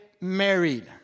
married